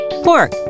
pork